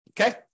okay